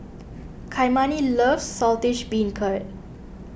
Kymani loves Saltish Beancurd